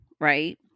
right